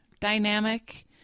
dynamic